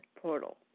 portal